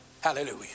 hallelujah